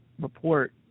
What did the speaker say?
report